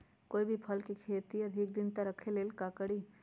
कोई भी फल के अधिक दिन तक रखे के लेल का करी?